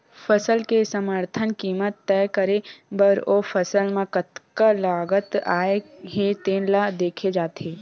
फसल के समरथन कीमत तय करे बर ओ फसल म कतका लागत आए हे तेन ल देखे जाथे